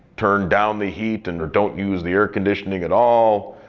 turn down the heat and don't use the air-conditioning at all.